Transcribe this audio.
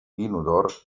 inodor